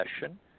session